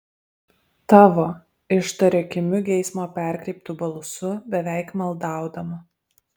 tavo ištaria kimiu geismo perkreiptu balsu beveik maldaudama